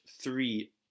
three